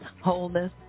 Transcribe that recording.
Wholeness